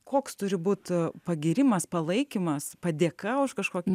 koks turi būt pagyrimas palaikymas padėka už kažkokį